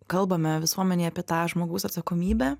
kalbame visuomenėj apie tą žmogaus atsakomybę